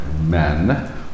men